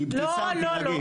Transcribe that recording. אבתיסאם, תירגעי.